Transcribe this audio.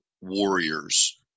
warriors